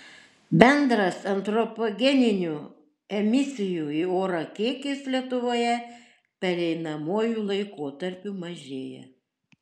bendras antropogeninių emisijų į orą kiekis lietuvoje pereinamuoju laikotarpiu mažėja